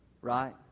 Right